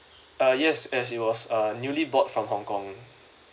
uh yes as it was uh newly bought from hong kong